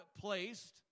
placed